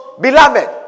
beloved